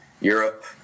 Europe